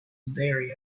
very